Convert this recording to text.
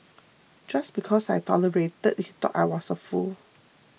just because I tolerated he thought I was a fool